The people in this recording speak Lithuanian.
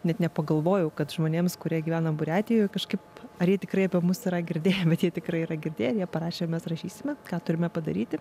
net nepagalvojau kad žmonėms kurie gyvena buriatijoj kažkaip ar jie tikrai apie mus yra girdėję bet jie tikrai yra girdėję jie parašė mes rašysime ką turime padaryti